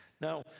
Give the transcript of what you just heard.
now